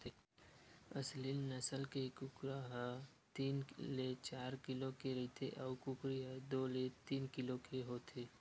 एसील नसल के कुकरा ह तीन ले चार किलो के रहिथे अउ कुकरी ह दू ले तीन किलो होथे